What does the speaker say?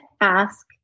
ask